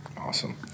Awesome